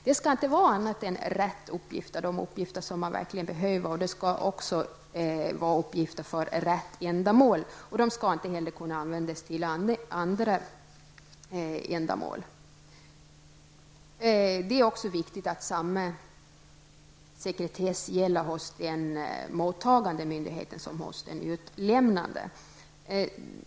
Det skall enbart vara uppgifter som man verkligen behöver, och det skall också vara uppgifter för rätt ändamål. De skall inte kunna användas för andra ändamål. Det är viktigt att samma sekretess gäller hos den mottagande myndigheten som hos den utlämnande.